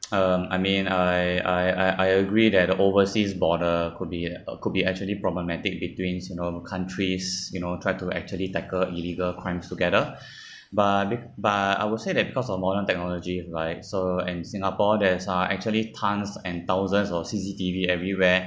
um I mean I I I I agree that overseas border could be uh could be actually problematic between you normal countries you know try to actually tackle illegal crimes together but be~ but I will say that because of modern technology like so and singapore there's uh actually tons and thousands of C_C_T_V everywhere